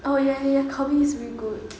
oh ya ya calbee's really good